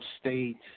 State